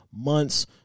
months